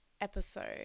episode